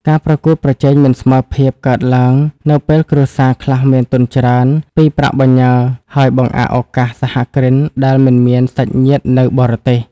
ការប្រកួតប្រជែងមិនស្មើភាពកើតឡើង នៅពេលគ្រួសារខ្លះមានទុនច្រើនពីប្រាក់បញ្ញើ ហើយបង្អាក់ឱកាសសហគ្រិនដែលមិនមានសាច់ញាតិនៅបរទេស។